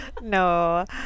No